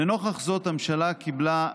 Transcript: לנוכח זאת, הממשלה קיבלה,